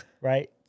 Right